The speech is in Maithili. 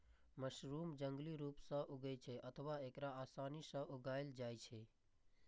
मशरूम जंगली रूप सं उगै छै अथवा एकरा आसानी सं उगाएलो जाइ छै